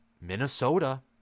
Minnesota